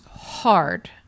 hard